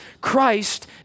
Christ